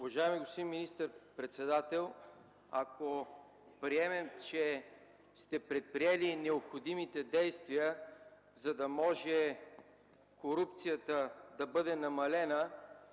Уважаеми господин министър председател, ако приемем, че сте предприели необходимите действия, за да може корупцията да бъде намалена